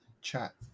chat